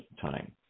time